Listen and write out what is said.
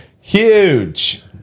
huge